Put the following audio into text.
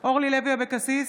אורלי לוי אבקסיס,